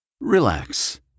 Relax